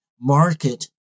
market